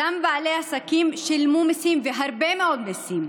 אותם בעלי עסקים שילמו מיסים, הרבה מאוד מיסים,